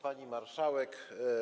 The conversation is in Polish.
Pani Marszałek!